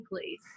please